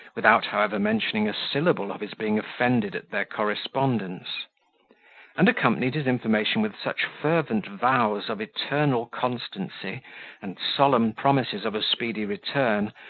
without, however, mentioning a syllable of his being offended at their correspondence and accompanied his information with such fervent vows of eternal constancy and solemn promises of a speedy return,